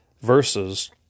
versus